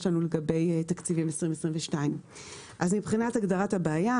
לנו לגבי תקציבים 2022. אז מבחינת הגדרת הבעיה,